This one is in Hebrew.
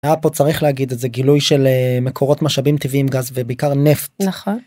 פה צריך להגיד את זה גילוי של מקורות משאבים טבעיים גז ובעיקר נפט, נכון.